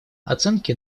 оценки